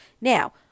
Now